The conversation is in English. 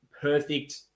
perfect